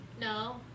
No